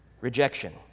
rejection